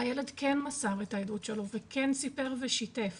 והילד כן מסר את העדות שלו וכן סיפר ושיתף